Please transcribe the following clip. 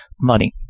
money